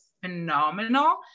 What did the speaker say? phenomenal